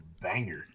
banger